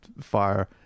fire